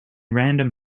random